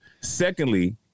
Secondly